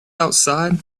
outside